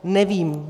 Nevím.